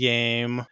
Game